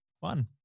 Fun